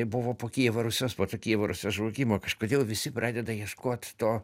buvo po kijevo rusios po to kijevo rusios žlugimo kažkodėl visi pradeda ieškot to